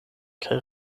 kaj